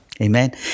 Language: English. Amen